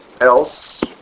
else